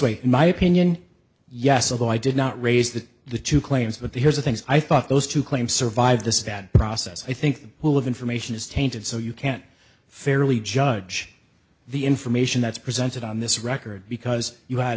way in my opinion yes although i did not raise that the two claims but here's the things i thought those two claims survived this bad process i think who have information is tainted so you can't fairly judge the information that's presented on this record because you had